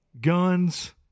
guns